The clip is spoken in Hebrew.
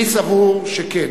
אני סבור שכן.